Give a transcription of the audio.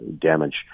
damage